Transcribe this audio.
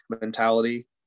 mentality